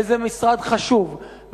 זה משרד חשוב,